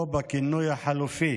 או בכינוי החלופי